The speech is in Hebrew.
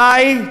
די.